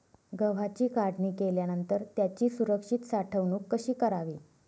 गव्हाची काढणी केल्यानंतर त्याची सुरक्षित साठवणूक कशी करावी?